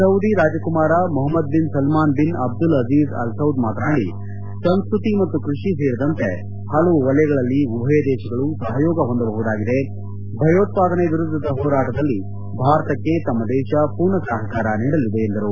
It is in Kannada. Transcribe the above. ಸೌದಿ ರಾಜಕುಮಾರ Mohammed bin Salman bin Abdul Aziz Al Saud ಮಾತನಾಡಿ ಸಂಸ್ವತಿ ಮತ್ತು ಕೃಷಿ ಸೇರಿದಂತೆ ಪಲವು ವಲಯಗಳಲ್ಲಿ ಉಭಯ ದೇಶಗಳು ಸಹಯೋಗ ಹೊಂದಬಹುದಾಗಿದೆ ಭಯೋತ್ವಾದನೆ ವಿರುದ್ಧದ ಹೋರಾಟದಲ್ಲಿ ಭಾರತಕ್ಕೆ ತಮ್ಮ ದೇಶ ಪೂರ್ಣ ಸಹಕಾರ ನೀಡಲಿದೆ ಎಂದರು